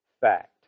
fact